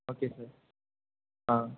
okay sir ah